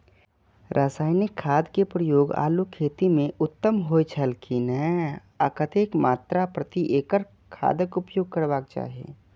रासायनिक खाद के प्रयोग आलू खेती में उत्तम होय छल की नेय आ कतेक मात्रा प्रति एकड़ खादक उपयोग करबाक चाहि?